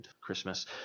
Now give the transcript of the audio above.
Christmas